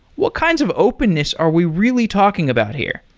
what kinds of openness are we really talking about here?